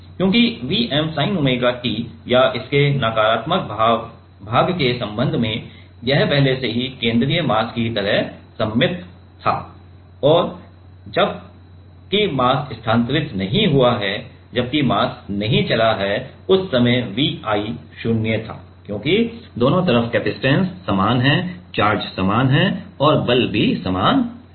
क्योंकि Vm sin omega t या इसके नकारात्मक भाग के संबंध में यह पहले से ही केंद्रीय मास की तरह सममित था और जबकि मास स्थानांतरित नहीं हुआ है जबकि मास नहीं चला है उस समय Vi 0 था क्योंकि दोनों तरफ कपसिटंस समान है चार्ज समान हैं और बल भी समान है